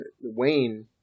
Wayne